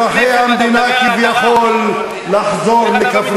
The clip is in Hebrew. בגלל זה אתה עומד עם כאפיה בכנסת ואתה מדבר על הדרה.